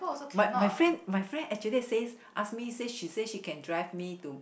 but my friend my friend actually says ask me ask she say she can drive me to